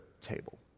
table